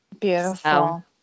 Beautiful